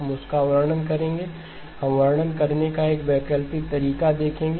हम उसका वर्णन करेंगे हम वर्णन करने का एक वैकल्पिक तरीका देखेंगे